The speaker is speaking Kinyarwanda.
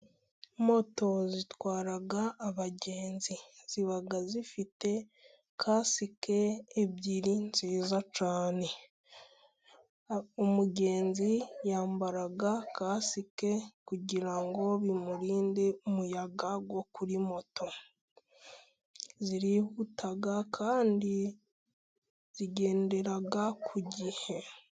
Moto zitwara abagenzi ziba zifite kasike ebyiri nziza cyane, umugenzi yambara kasike kugira bimurinde umuyaga wo kuri moto, zirihuta kandi zigendera ku gihe.